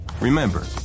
Remember